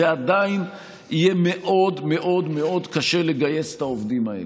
זה עדיין יהיה מאוד מאוד מאוד קשה לגייס את העובדים האלה,